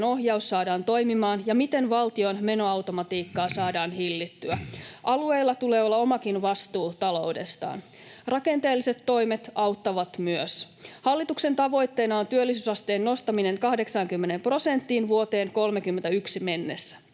ohjaus saadaan toimimaan ja miten valtion menoautomatiikkaa saadaan hillittyä. Alueilla tulee olla omakin vastuu taloudestaan. Rakenteelliset toimet auttavat myös. Hallituksen tavoitteena on työllisyysasteen nostaminen 80 prosenttiin vuoteen 31 mennessä.